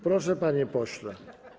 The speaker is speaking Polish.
Proszę, panie pośle.